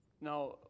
Now